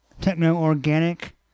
techno-organic